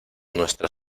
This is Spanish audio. nuestro